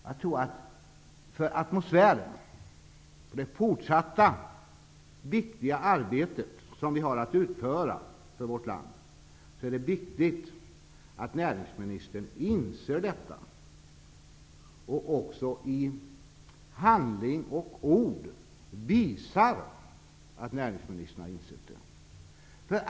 Jag tror att det är viktigt för atmosfären i det fortsatta viktiga arbete som vi har att utföra att näringsministern inser detta och i handling och ord visar att han insett det.